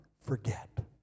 forget